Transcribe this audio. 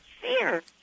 fear